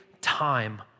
time